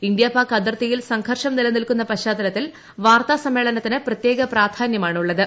India Pak അതിർത്തിയിൽ സംഘർഷം നിലനിൽക്കുന്ന പശ്ചാത്തലത്തിൽ വാർത്താസമ്മേളനത്തിന് പ്രത്യേക പ്രാധാന്യമാണുള്ളത്